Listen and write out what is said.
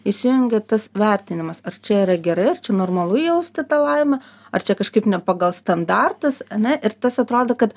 įsijungia tas vertinimas ar čia yra gerai ar čia normalu jausti tą laimę ar čia kažkaip ne pagal standartus ane ir tas atrodo kad